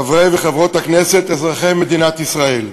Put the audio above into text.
חברי וחברות הכנסת, אזרחי מדינת ישראל,